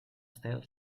estel